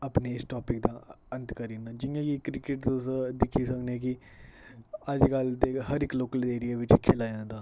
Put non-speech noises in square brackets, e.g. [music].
अपने [unintelligible] दा अंत करी लैना जियां बी क्रिकेट दे दिक्खनै सुनने दी अज्जकल ते हर इक्क लोकल एरिया बिच खेल्लेआ जंदा